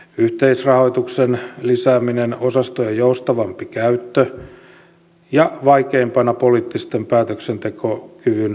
yhteisrahoituksen lisääminen osastojen joustavampi käyttö ja vaikeimpana poliittisen päätöksentekokyvyn parantaminen